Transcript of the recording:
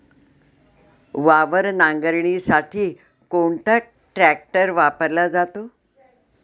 वावर नांगरणीसाठी कोणता ट्रॅक्टर वापरला जातो?